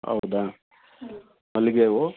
ಹೌದಾ ಮಲ್ಲಿಗೆ ಹೂ